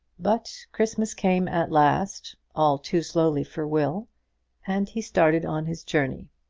but christmas came at last, all too slowly for will and he started on his journey.